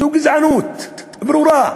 זו גזענות ברורה.